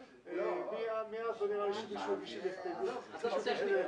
עניין קיום הישיבות בהיוועדות חזותית.